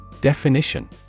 Definition